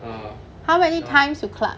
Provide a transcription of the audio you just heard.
how many times you club